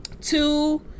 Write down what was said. Two